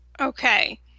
Okay